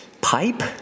pipe